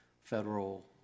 federal